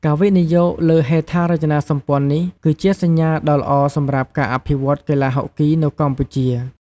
ការវិនិយោគលើហេដ្ឋារចនាសម្ព័ន្ធនេះ គឺជាសញ្ញាដ៏ល្អសម្រាប់ការអភិវឌ្ឍកីឡាហុកគីនៅកម្ពុជា។